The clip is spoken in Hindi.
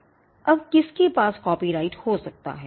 अब किसके पास कॉपीराइट हो सकता है